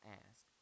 ask